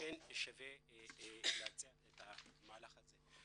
לכן שווה להציע את המהלך הזה.